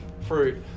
fruit